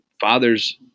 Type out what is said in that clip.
fathers